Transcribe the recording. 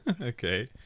Okay